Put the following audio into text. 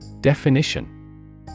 Definition